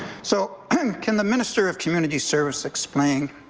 so and can the minister of community service explain